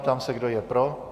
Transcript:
Ptám se kdo je pro.